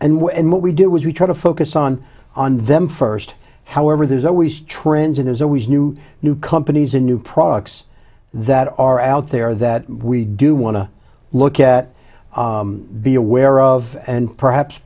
we're and what we do is we try to focus on them first however there's always trends in there's always new new companies and new products that are out there that we do want to look at be aware of and perhaps